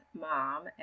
mom